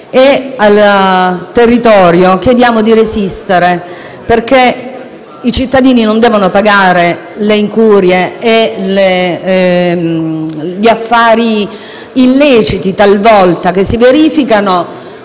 Al territorio chiediamo di resistere, perché i cittadini non devono pagare le incurie e gli affari illeciti che si verificano